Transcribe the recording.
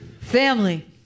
Family